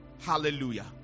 Hallelujah